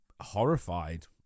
horrified